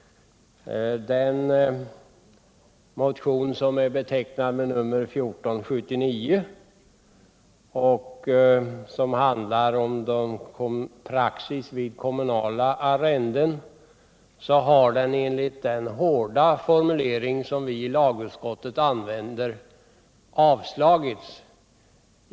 Den motion som är betecknad 1479 och handlar om praxis vid kommunala arrenden har enligt den hårda formu:ering som vi i lagutskottet använder avstyrkts.